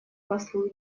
послу